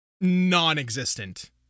non-existent